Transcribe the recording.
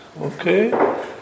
okay